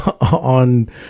on